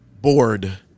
bored